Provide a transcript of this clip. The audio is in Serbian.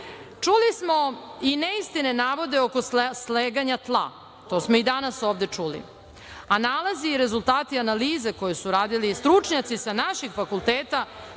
smo i neistine na navode oko sleganja tla, to smo i danas ovde čuli. Nalazi i rezultati analize koje su radili stručnjaci sa naših fakulteta